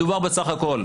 מדובר בסך הכול,